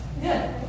good